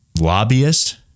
lobbyist